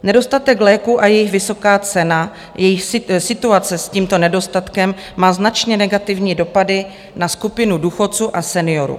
Nedostatek léků a jejich vysoká cena: Situace s tímto nedostatkem má značně negativní dopady na skupinu důchodců a seniorů.